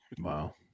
Wow